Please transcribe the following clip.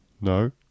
no